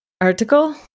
article